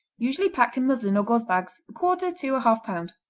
usually packed in muslin or gauze bags, a quarter to a half pound.